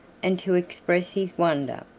and to express his wonder,